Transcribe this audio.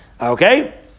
Okay